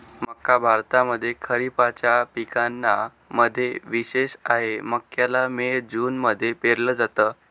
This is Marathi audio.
मक्का भारतामध्ये खरिपाच्या पिकांना मध्ये विशेष आहे, मक्याला मे जून मध्ये पेरल जात